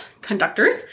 conductors